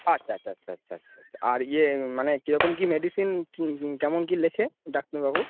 আচ্ছা আচ্ছা আচ্ছা আচ্ছা আচ্ছ আচ্ছা আর ইয়ে মানে কীরকম কি মেডিসিন কেমন কী লেখে ডাক্তারবাবু